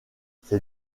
ces